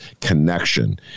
connection